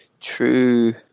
True